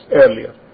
earlier